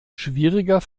schwieriger